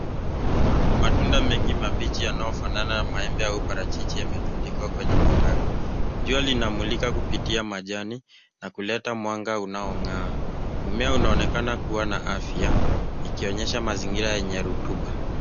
Mti wenye matunda mengi mabichi yanayofanana na maembe au parachichi yametundikwa kwenye matawi. Jua linamulika kupitia majani na kuleta mwanga unaong'aa . Mmea unaonekana kuwa na afya ikionyesha mazingira yenye rutuba.